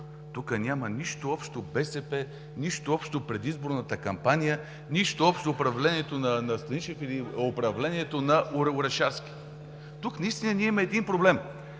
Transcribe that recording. тук няма нищо общо БСП, нищо общо предизборната кампания, нищо общо управлението на Станишев или управлението на Орешарски. Тук наистина ние имаме един проблем.